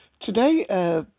Today